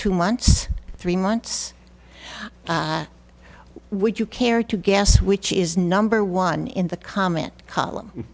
two months three months would you care to guess which is number one in the comment column